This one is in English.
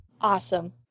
Awesome